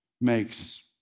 makes